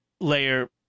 layer